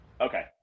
Okay